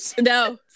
No